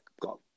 got